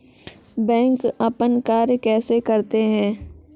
Bank अपन कार्य कैसे करते है?